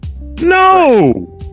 No